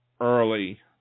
early